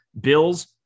Bills